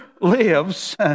lives